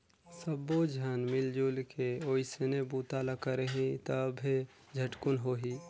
सब्बो झन मिलजुल के ओइसने बूता ल करही तभे झटकुन होही